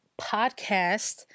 podcast